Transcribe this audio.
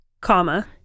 comma